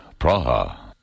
Praha